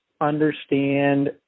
understand